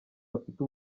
bafite